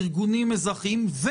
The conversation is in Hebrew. ארגונים אזרחיים יכלו,